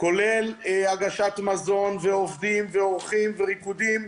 כולל הגשת מזון ועובדים ואורחים וריקודים.